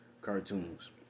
cartoons